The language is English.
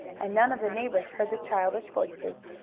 and none of the neighbors heard the childish voices.